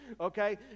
okay